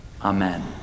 Amen